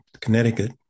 Connecticut